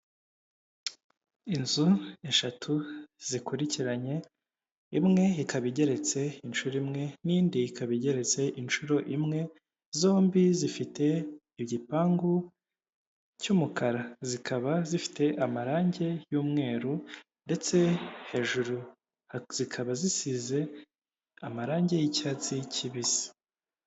Inzu eshatu zikurikiranye, imwe ikaba igeretse inshuro imwe, n'indi ikaba igeretse inshuro imwe, zombi zifite igipangu cy'umukara, zikaba zifite amarangi y'umweru ndetse hejuru zikaba zisize amarangi y'icyatsi kibisi.